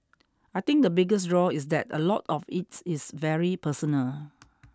I think the biggest draw is that a lot of it is very personal